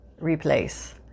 replace